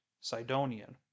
Sidonian